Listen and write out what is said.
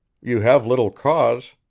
you have little cause.